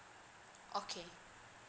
okay